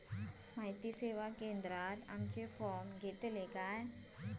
माहिती सेवा केंद्रात आमचे फॉर्म घेतले जातात काय?